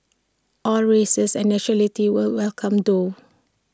all races and nationalities were welcome though